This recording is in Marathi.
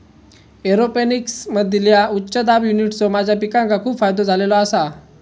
एरोपोनिक्समधील्या उच्च दाब युनिट्सचो माझ्या पिकांका खूप फायदो झालेलो आसा